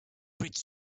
bridge